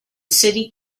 city